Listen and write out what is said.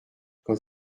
quand